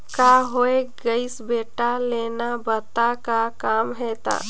का होये गइस बेटा लेना बता का काम हे त